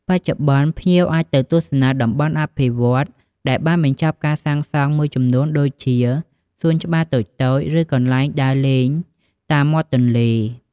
បច្ចុប្បន្ន ភ្ញៀវអាចទៅទស្សនា តំបន់អភិវឌ្ឍន៍ដែលបានបញ្ចប់ការសាងសង់មួយចំនួនដូចជាសួនច្បារតូចៗ ឬកន្លែងដើរលេងតាមមាត់ទន្លេ។